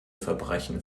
verbrechen